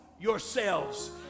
yourselves